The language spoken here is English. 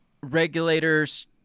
regulators